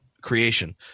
creation